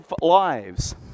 lives